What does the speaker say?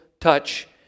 touch